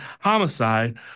homicide